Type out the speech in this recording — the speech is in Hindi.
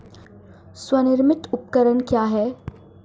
स्वनिर्मित उपकरण क्या है?